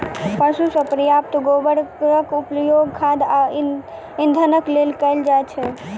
पशु सॅ प्राप्त गोबरक उपयोग खाद आ इंधनक लेल कयल जाइत छै